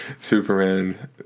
Superman